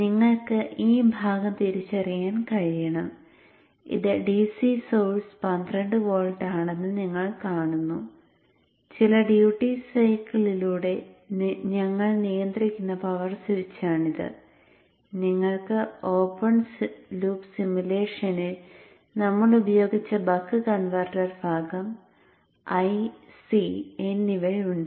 നിങ്ങൾക്ക് ഈ ഭാഗം തിരിച്ചറിയാൻ കഴിയണം ഇത് DC സോഴ്സ് 12 വോൾട്ട് ആണെന്ന് നിങ്ങൾ കാണുന്നു ചില ഡ്യൂട്ടി സൈക്കിളിലൂടെ ഞങ്ങൾ നിയന്ത്രിക്കുന്ന പവർ സ്വിച്ചാണിത് നിങ്ങൾക്ക് ഓപ്പൺ ലൂപ്പ് സിമുലേഷനിൽ നമ്മൾ ഉപയോഗിച്ച ബക്ക് കൺവെർട്ടർ ഭാഗം l C എന്നിവയുണ്ട്